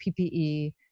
PPE